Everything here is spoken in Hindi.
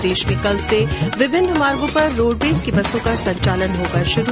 प्रदेश में कल से विभिन्न मार्गों पर रोडवेज की बसों का संचालन होगा शुरू